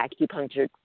acupuncture